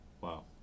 wow